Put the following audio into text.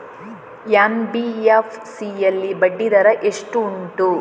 NBFC ಯಲ್ಲಿ ಬಡ್ಡಿ ದರ ಎಷ್ಟು ಉಂಟು?